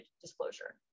disclosure